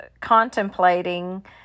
contemplating